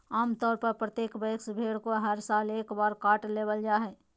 आम तौर पर प्रत्येक वयस्क भेड़ को हर साल एक बार काट लेबल जा हइ